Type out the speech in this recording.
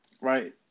right